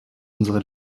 unsere